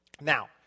Now